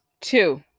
Two